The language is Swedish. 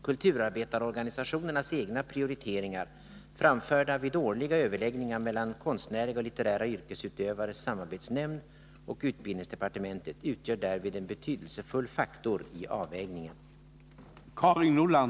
Kulturarbetarorganisationernas egna prioriteringar, framförda vid årliga överläggningar mellan Konstnärliga och litterära yrkesutövares samarbetsnämnd och utbildningsdepartementet, utgör därvid en betydelsefull faktor i avvägningen.